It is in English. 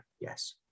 Yes